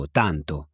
tanto